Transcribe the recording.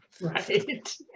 right